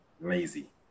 lazy